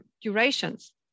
durations